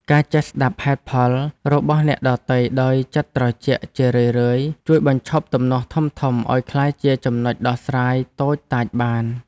ការចេះស្តាប់ហេតុផលរបស់អ្នកដទៃដោយចិត្តត្រជាក់ជារឿយៗជួយបញ្ឈប់ទំនាស់ធំៗឱ្យក្លាយជាចំណុចដោះស្រាយតូចតាចបាន។